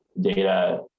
data